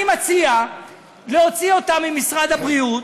אני מציע להוציא אותם ממשרד הבריאות,